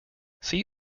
see